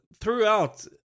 throughout